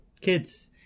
kids